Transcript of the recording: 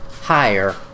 higher